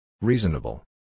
Reasonable